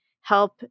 help